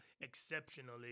exceptionally